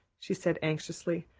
she said anxiously.